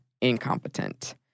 incompetent